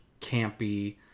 campy